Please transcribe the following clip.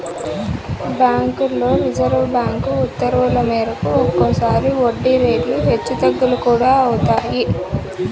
బ్యాంకుల్లో reserve bank ఉత్తర్వుల మేరకు ఒక్కోసారి వడ్డీ రేట్లు హెచ్చు తగ్గులు కూడా అవుతాయి